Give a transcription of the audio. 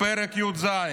פרק י"ז?